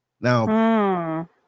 Now